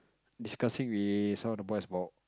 discussing with some of the boys about